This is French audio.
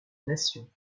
nation